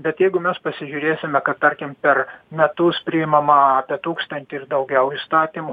bet jeigu mes pasižiūrėsime kad tarkim per metus priimama apie tūkstantį ir daugiau įstatymų